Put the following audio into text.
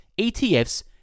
ETFs